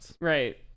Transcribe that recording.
right